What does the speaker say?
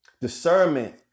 discernment